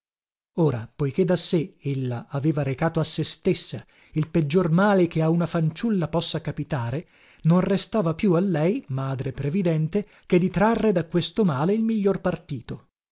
ora poiché da sé ella aveva recato a se stessa il peggior male che a una fanciulla possa capitare non restava più a lei madre previdente che di trarre da questo male il miglior partito